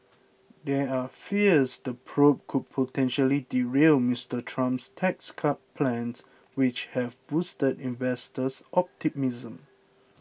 there are fears the probe could potentially derail Mister Trump's tax cut plans which have boosted investors optimism